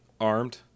armed